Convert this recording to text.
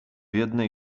jednej